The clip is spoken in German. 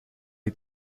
die